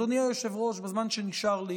אדוני היושב-ראש, בזמן שנשאר לי